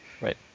right